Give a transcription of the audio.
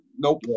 Nope